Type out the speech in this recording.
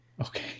Okay